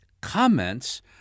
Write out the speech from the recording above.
comments